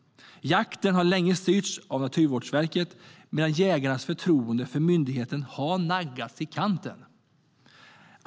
Jakten har länge styrts av Naturvårdsverket, medan jägarnas förtroende för myndigheten har naggats i kanten.